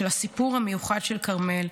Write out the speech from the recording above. של הסיפור של המיוחד של כרמל,